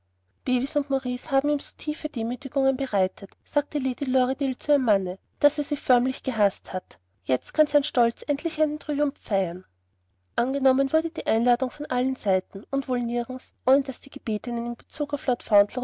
bevis und maurice haben ihm so tiefe demütigungen bereitet sagte lady lorridaile zu ihrem manne daß er sie förmlich gehaßt hat jetzt kann sein stolz endlich einen triumph feiern angenommen wurde die einladung von allen seiten und wohl nirgends ohne daß die gebetenen in bezug auf lord